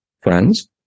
Friends